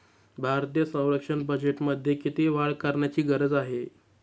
भारतीय संरक्षण बजेटमध्ये किती वाढ करण्याची गरज आहे?